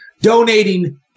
donating